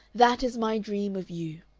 that is my dream of you,